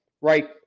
right